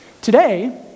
Today